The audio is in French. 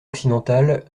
occidental